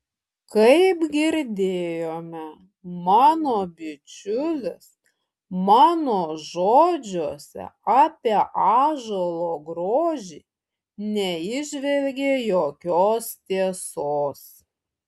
kaip girdėjome mano bičiulis mano žodžiuose apie ąžuolo grožį neįžvelgė jokios tiesos